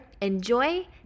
enjoy